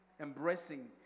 embracing